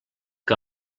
que